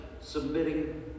submitting